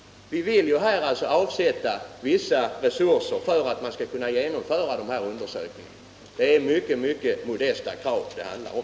Vi vill ju avsätta vissa resurser för att man skall kunna genomföra de här undersökningarna. Det är mycket modesta krav det rör sig om.